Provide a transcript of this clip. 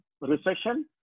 recession